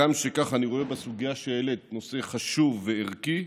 הגם שכך, אני רואה בסוגיה שהעלית נושא חשוב וערכי,